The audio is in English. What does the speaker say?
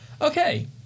Okay